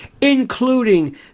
including